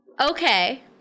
okay